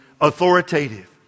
authoritative